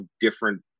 different